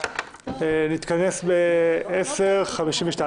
נתכנס שוב ב-10:52.